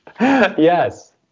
Yes